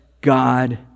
God